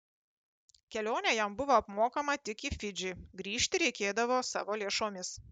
kelionė jam buvo apmokama tik į fidžį grįžti reikėdavo savo lėšomis